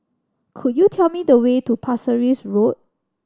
could you tell me the way to Pasir Ris Road